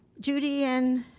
judy and,